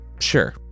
Sure